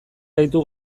gaitu